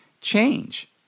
change